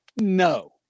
no